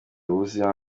ubuzima